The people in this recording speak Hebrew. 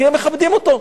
כי הם מכבדים אותו.